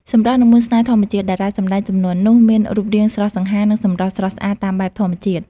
សម្រស់និងមន្តស្នេហ៍ធម្មជាតិ តារាសម្តែងជំនាន់នោះមានរូបរាងស្រស់សង្ហា និងសម្រស់ស្រស់ស្អាតតាមបែបធម្មជាតិ។